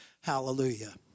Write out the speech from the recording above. Hallelujah